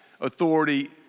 authority